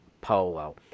polo